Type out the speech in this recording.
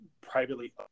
privately